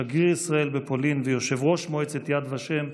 שגריר ישראל בפולין ויו"ר מועצת יד ושם,